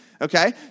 Okay